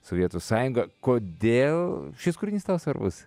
sovietų sąjunga kodėl šis kūrinys tau svarbus